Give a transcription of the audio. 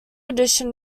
edition